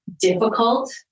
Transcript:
difficult